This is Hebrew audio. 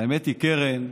האמת היא, קרן,